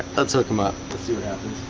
let's hook them up. let's see what happens